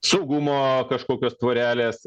saugumo kažkokios tvorelės